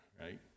right